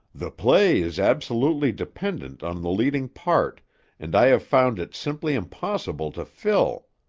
the play is absolutely dependent on the leading part and i have found it simply impossible to fill.